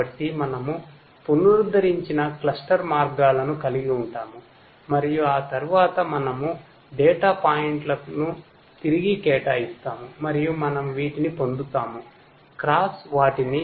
కాబట్టి మనము పునరుద్ధరించిన క్లస్టర్ పాయింట్లను తిరిగి కేటాయిస్తాము మరియు మనము వీటిని పొందుతాముక్రాస్ వాటిని